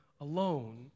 alone